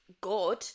good